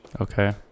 okay